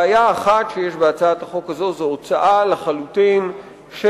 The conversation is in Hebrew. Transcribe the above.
בעיה אחת שיש בהצעת החוק הזו היא הוצאה לחלוטין של